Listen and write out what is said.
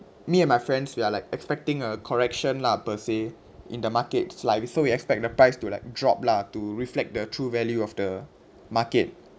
me and my friends we are like expecting a correction lah per se in the market it's like so we expect the price to like drop lah to reflect the true value of the market